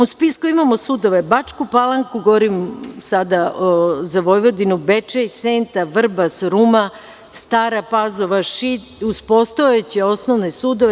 U spisku imamo sudove Bačku Palanku, govorim o Vojvodini, Bečej, Senta, Vrbas, Ruma, Stara Pazova, Šid, uz postojeće osnovne sudove.